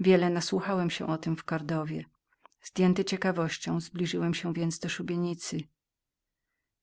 wiele nasłuchałem się o tem w kordowie i ztąd zdjęła mnie ciekawość zbliżyć się do szubienicy